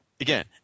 Again